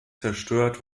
zerstört